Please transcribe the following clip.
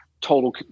total